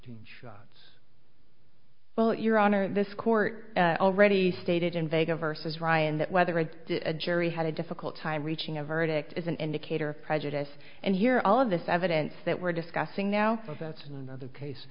it's well your honor this court already stated in vegas versus ryan that whether it's a jury had a difficult time reaching a verdict is an indicator of prejudice and here all of this evidence that we're discussing now that's another case